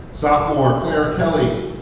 sophomore claire kelly,